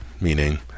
meaning